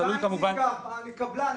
תלוי כמובן --- אני קבלן,